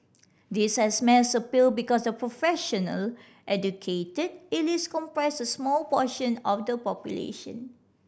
this has mass appeal because the professional and educated elites comprise a small portion of the population